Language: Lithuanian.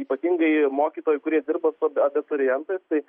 ypatingai mokytojai kurie dirba su abi abiturientais tai